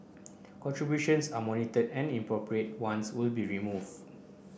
contributions are monitored and inappropriate ones will be removed